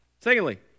Secondly